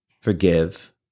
forgive